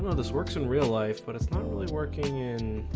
ah this works in real life, but it's not really working in